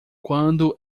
quando